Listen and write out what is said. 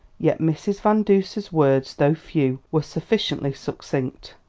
yet mrs. van duser's words, though few, were sufficiently succinct.